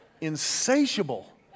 insatiable